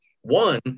One